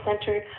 center